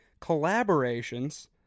collaborations